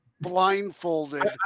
blindfolded